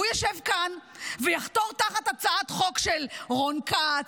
הוא יושב כאן ויחתור תחת הצעת חוק של רון כץ,